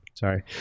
Sorry